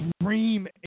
extreme